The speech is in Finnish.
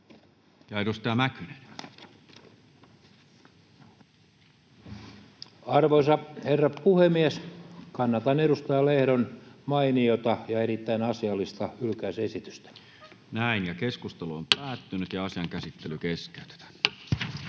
Edustaja Mäkynen. Arvoisa herra puhemies! Kannatan edustaja Lehdon mainiota ja erittäin asiallista hylkäysesitystä. Ensimmäiseen käsittelyyn esitellään